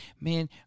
man